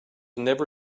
never